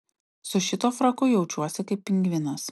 su šituo fraku jaučiuosi kaip pingvinas